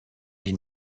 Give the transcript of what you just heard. die